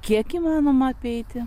kiek įmanoma apeiti